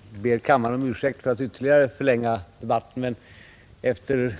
Fru talman! Jag ber kammaren om ursäkt för att jag ytterligare förlänger debatten, men efter